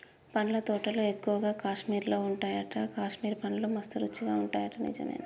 పండ్ల తోటలు ఎక్కువగా కాశ్మీర్ లో వున్నాయట, కాశ్మీర్ పండ్లు మస్త్ రుచి ఉంటాయట నిజమేనా